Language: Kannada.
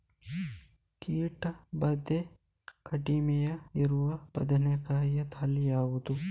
ಕೀಟ ಭಾದೆ ಕಡಿಮೆ ಇರುವ ಬದನೆಕಾಯಿ ತಳಿ ಯಾವುದು?